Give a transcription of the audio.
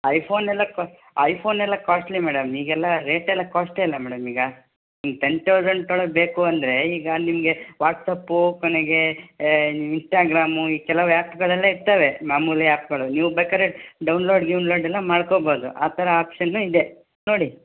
iPhone ಎಲ್ಲ ಕ್ವ iPhone ಎಲ್ಲ ಕಾಸ್ಟ್ಲಿ ಮೇಡಮ್ ಈಗೆಲ್ಲ ರೇಟೆಲ್ಲ ಕಾಸ್ಟ್ಲಿ ಅಲ್ಲಾ ಮೇಡಮ್ ಈಗ ಈ ಟೆನ್ ಥೌಸೆಂಡ್ ಒಳಗೆ ಬೇಕು ಅಂದರೆ ಈಗ ನಿಮಗೆ ವಾಟ್ಸ್ಯಾಪು ಕೊನೆಗೆ ಇನ್ಸ್ಟಾಗ್ರಾಮು ಈ ಕೆಲವು ಆ್ಯಪ್ಗಳೆಲ್ಲ ಇರ್ತವೆ ಮಾಮೂಲಿ ಆ್ಯಪ್ಗಳು ನೀವು ಬೇಕಾದ್ರೆ ಡೌನ್ಲೋಡ್ ಗಿವ್ನ್ಲೋಡೆಲ್ಲ ಮಾಡ್ಕೊಬೋದು ಆ ಥರ ಆಪ್ಷನ್ ಇದೆ ನೋಡಿ